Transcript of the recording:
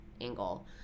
angle